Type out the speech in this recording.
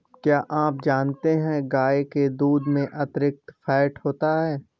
क्या आप जानते है गाय के दूध में अतिरिक्त फैट होता है